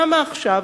למה עכשיו?